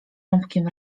rąbkiem